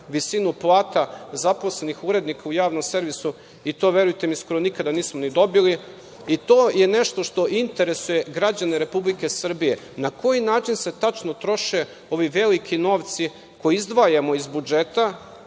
visinu plata zaposlenih urednika u javnom servisu, i to verujte mi, skoro nikada nismo ni dobili. To je nešto što interesuje građane Republike Srbije, na koji način se tačno troše ovi veliki novci koje izdvajamo iz budžeta,